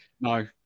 No